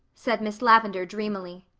said miss lavendar dreamily.